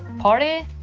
party?